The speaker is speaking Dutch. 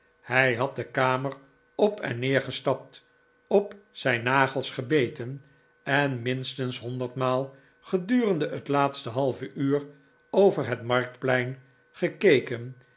hij had de kamer op en neer gestapt op zijn nagels gebeten en minstens honderd maal gedurende het laatste halve uur over het marktplein gekeken